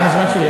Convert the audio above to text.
זה מהזמן שלי.